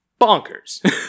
bonkers